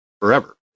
forever